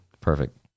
perfect